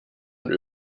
und